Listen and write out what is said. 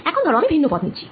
এখন ধর আমি ভিন্ন পথ নিচ্ছি